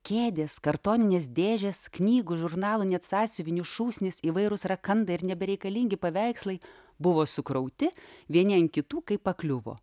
kėdės kartoninės dėžės knygų žurnalų net sąsiuvinių šūsnys įvairūs rakandai ir nebereikalingi paveikslai buvo sukrauti vieni ant kitų kaip pakliuvo